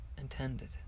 intended